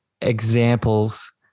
examples